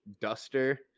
duster